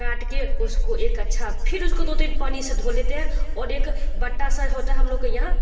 काट के उसको एक अच्छा फिर उसको दो तीन पानी से धो लेते हैं और एक बट्टा सा होता है हम लोग के यहाँ